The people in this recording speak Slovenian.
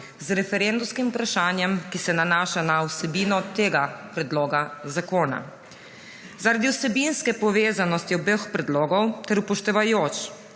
z referendumskim vprašanjem, ki se nanaša na vsebino tega predloga zakona. Zaradi vsebinske povezanosti obeh predlogov ter upoštevajoč